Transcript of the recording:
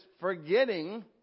forgetting